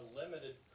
limited